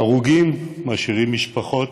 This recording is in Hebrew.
ההרוגים משאירים משפחות,